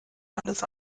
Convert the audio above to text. alles